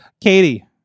Katie